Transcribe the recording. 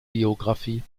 biographie